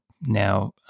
now